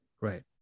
Right